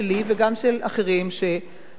וגם של אחרים שהציעו.